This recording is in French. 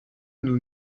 nous